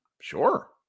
sure